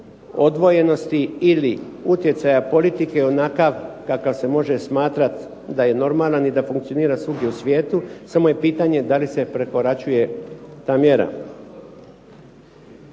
odvojenosti ili utjecaja politike onakav kakav se može smatrati da je normalan i da funkcionira svugdje u svijetu, samo je pitanje da li se prekoračuje ta mjera.